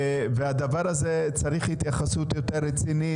הדבר הזה צריך התייחסות יותר רצינית,